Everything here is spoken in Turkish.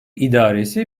idaresi